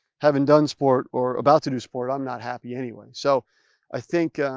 having done sport or about to do sport, i'm not happy anyway. so i think,